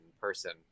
person